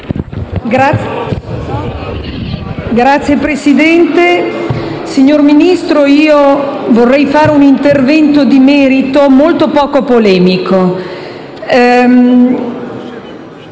Signor Presidente, signor Ministro, vorrei fare un intervento di merito molto poco polemico.